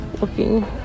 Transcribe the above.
looking